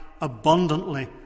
abundantly